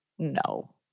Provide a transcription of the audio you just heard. No